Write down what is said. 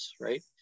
right